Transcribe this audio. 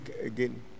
again